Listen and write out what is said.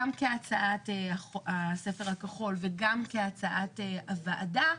גם כהצעת הספר הכחול וגם כהצעת הוועדה,